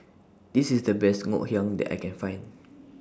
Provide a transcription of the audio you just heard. This IS The Best Ngoh Hiang that I Can Find